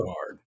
hard